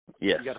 Yes